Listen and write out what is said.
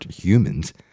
humans